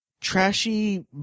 trashy